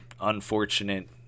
unfortunate